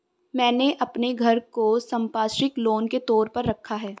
मैंने अपने घर को संपार्श्विक लोन के तौर पर रखा है